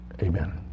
Amen